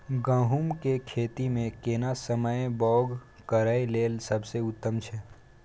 गहूम के खेती मे केना समय बौग करय लेल सबसे उत्तम छै?